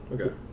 Okay